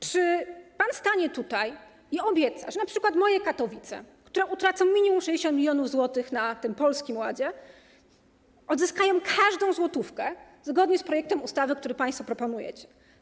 Czy pan stanie tutaj i obieca, że np. moje Katowice, które utracą minimum 60 mln zł na tym Polskim Ładzie, odzyskają każdą złotówkę zgodnie z projektem ustawy, który państwo proponujecie?